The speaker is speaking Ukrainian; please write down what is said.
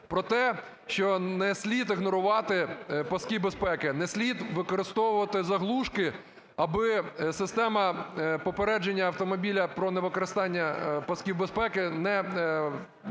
про те, що не слід ігнорувати паски безпеки, не слід використовувати заглушки, аби система попередження автомобіля про невикористання пасків безпеки не псувала